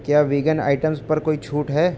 کیا vegan items پر کوئی چھوٹ ہے